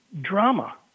drama